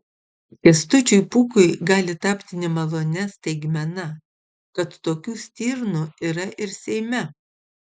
kęstučiui pūkui gali tapti nemalonia staigmena kad tokių stirnų yra ir seime